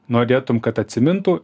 norėtum kad atsimintų